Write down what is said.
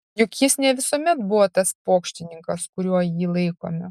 juk jis ne visuomet buvo tas pokštininkas kuriuo jį laikome